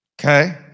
Okay